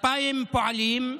2,000 פועלים,